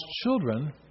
children